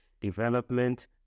development